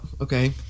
okay